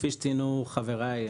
כפי שציינו חבריי,